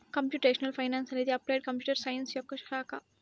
computational finance అనేది applied computer science యొక్క ఒక శాఖ